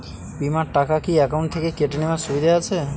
বিমার টাকা কি অ্যাকাউন্ট থেকে কেটে নেওয়ার সুবিধা আছে?